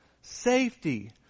safety